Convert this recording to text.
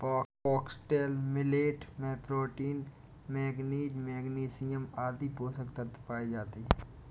foxtail millet में protein, manganese, magnesium आदि पोषक तत्व पाए जाते है